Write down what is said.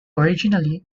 originally